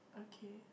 okay